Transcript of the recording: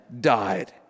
died